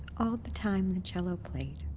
all the time the cello played.